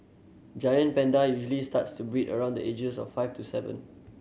giant panda usually starts to breed around the ages of five to seven